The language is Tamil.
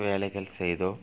வேலைகள் செய்தோம்